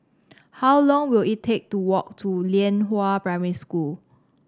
how long will it take to walk to Lianhua Primary School